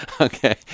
Okay